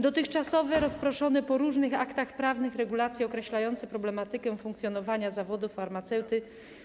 Dotychczasowe rozproszone po różnych aktach prawnych regulacje określające problematykę funkcjonowania zawodu farmaceuty